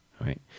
right